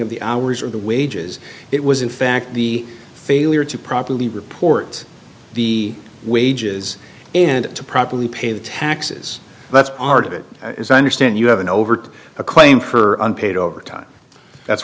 of the hours or the wages it was in fact the failure to properly reports the wages and to properly pay the taxes that's part of it as i understand you have an overt a claim for her unpaid overtime that's